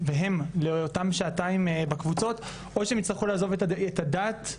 והם לאותן שעתיים בקבוצות או שהן יצטרכו לעזוב את הילדים